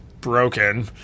broken